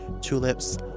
Tulips